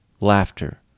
laughter